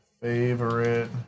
Favorite